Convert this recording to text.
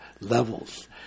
levels